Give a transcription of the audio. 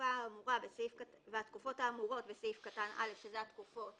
והתקופות האמורות בסעיף קטן (א), שאלה התקופות